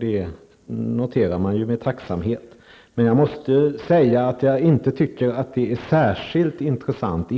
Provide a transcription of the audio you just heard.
Det noteras med tacksamhet. Men jag måste säga att jag inte tycker att innehållet är särskilt intressant.